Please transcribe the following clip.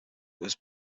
was